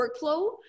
workflow